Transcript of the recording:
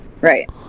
Right